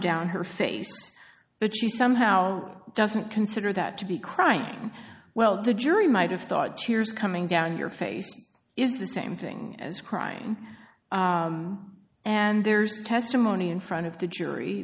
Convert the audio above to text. down her face but she somehow doesn't consider that to be crying well the jury might have thought tears coming down your face is the same thing as crying and there's testimony in front of the jury